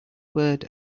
word